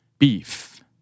beef